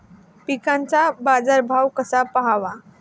पिकांचा बाजार भाव कसा पहावा?